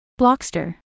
Blockster